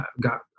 got